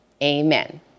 Amen